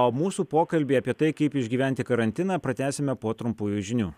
o mūsų pokalbį apie tai kaip išgyventi karantiną pratęsime po trumpųjų žinių